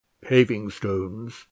Paving-stones